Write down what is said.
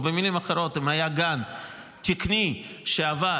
במילים אחרות, אם היה גן תקני שעבד,